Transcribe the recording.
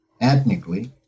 ethnically